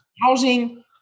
housing